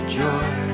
joy